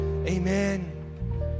Amen